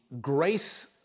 grace